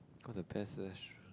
what is the best slash